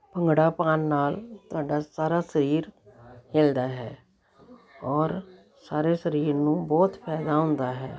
ਭੰਗੜਾ ਪਾਉਣ ਨਾਲ ਤੁਹਾਡਾ ਸਾਰਾ ਸਰੀਰ ਹਿੱਲਦਾ ਹੈ ਔਰ ਸਾਰੇ ਸਰੀਰ ਨੂੰ ਬਹੁਤ ਫਾਇਦਾ ਹੁੰਦਾ ਹੈ